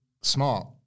smart